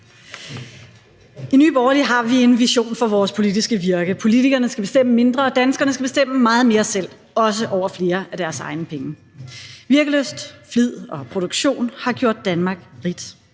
I Nye Borgerlige har vi en vision for vores politiske virke. Politikerne skal bestemme mindre, og danskerne skal bestemme meget mere selv, også over flere af deres egne penge. Virkelyst, flid og produktion har gjort Danmark rigt.